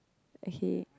okay